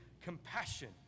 compassion